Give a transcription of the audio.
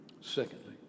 secondly